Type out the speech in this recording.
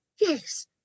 yes